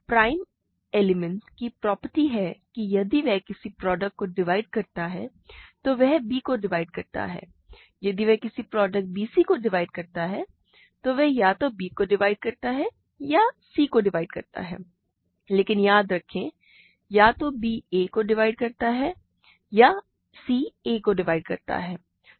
एक prime element की property है कि यदि वह किसी प्रोडक्ट को डिवाइड करता है तो वह b को डिवाइड करता है यदि वह किसी प्रोडक्ट bc को डिवाइड करता है तो वह या तो b को डिवाइड करता है या c को डिवाइड करता है लेकिन याद रखें या तो b a को डिवाइड करता है या c a को डिवाइड करता है